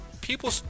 people